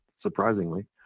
surprisingly